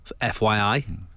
FYI